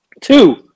Two